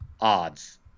odds